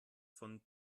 von